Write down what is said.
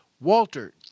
Walter